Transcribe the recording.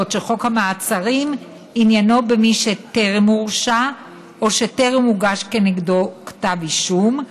בעוד חוק המעצרים עניינו במי שטרם הורשע או שטרם הוגש כנגדו כתב אישום,